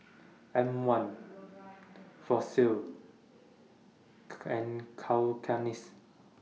M one Fossil and Cakenis